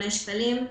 את